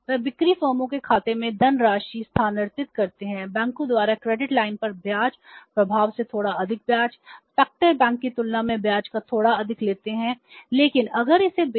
वे बिक्री फर्मों के खातों में धनराशि स्थानांतरित करते हैं बैंकों द्वारा क्रेडिट लाइन पर ब्याज प्रभार से थोड़ा अधिक ब्याज